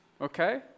Okay